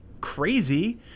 crazy